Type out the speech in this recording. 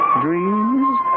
dreams